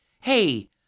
Hey